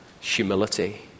humility